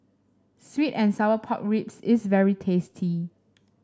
sweet and Sour Pork Ribs is very tasty